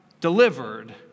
delivered